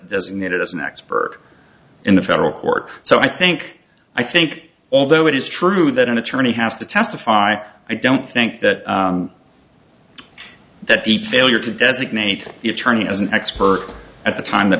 doesn't get it as an expert in the federal court so i think i think although it is true that an attorney has to testify i don't think that that deep failure to designate the attorney as an expert at the time th